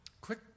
quick